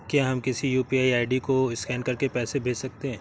क्या हम किसी यू.पी.आई आई.डी को स्कैन करके पैसे भेज सकते हैं?